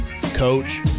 Coach